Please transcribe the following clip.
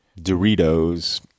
Doritos